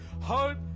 Hope